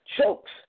chokes